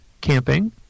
camping